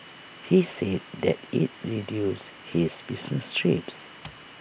he said that IT reduces his business trips